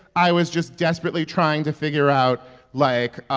i was just desperately trying to figure out, like,